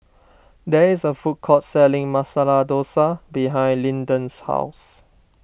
there is a food court selling Masala Dosa behind Lyndon's house